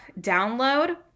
download